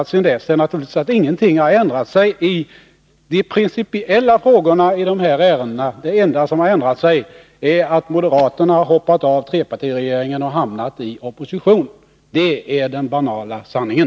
Sedan dess har naturligtvis ingenting ändrat sig i de principiella frågorna; det enda som har ändrat sig är att moderaterna har hoppat av trepartiregeringen och hamnat i opposition. Det är den banala sanningen.